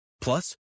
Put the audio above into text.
plus